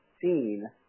seen